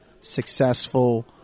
successful